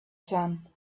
sun